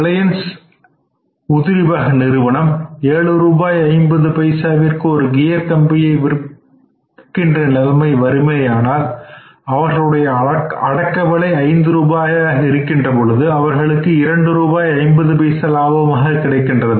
Reliance உதிரிபாக நிறுவனம் ஏழு ரூபாய் ஐம்பது பைசாவிற்கு ஒரு கியர் கம்பியை விற்கின்ற நிலைமை வருமேயானால் அவர்களுடைய அடக்கவிலை 5 ரூபாயாக இருக்கின்றபோது அவர்களுக்கு இரண்டு ரூபாய் 50 பைசா லாபமாக கிடைக்கின்றது